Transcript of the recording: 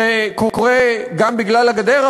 זה קורה גם בגלל הגדר,